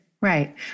Right